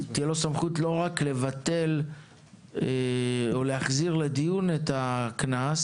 תהיה לו סמכות לא רק לבטל או להחזיר לדיון את הקנס,